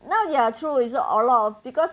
now you're true is lot a lot of because